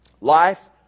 Life